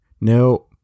No